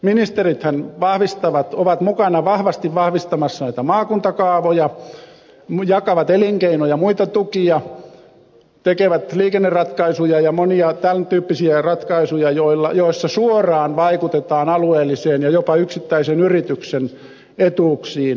ministerithän vahvistavat ovat mukana vahvasti vahvistamassa näitä maakuntakaavoja jakavat elinkeino ja muita tukia tekevät liikenneratkaisuja ja monia tämäntyyppisiä ratkaisuja joissa suoraan vaikutetaan alueellisiin ja jopa yksittäisen yrityksen etuuksiin